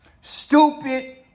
Stupid